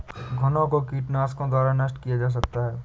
घुनो को कीटनाशकों द्वारा नष्ट किया जा सकता है